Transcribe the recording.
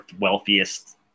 wealthiest